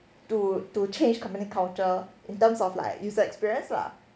to to change company culture in terms of like user experience lah